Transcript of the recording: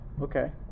Okay